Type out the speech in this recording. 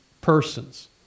persons